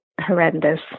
horrendous